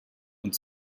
und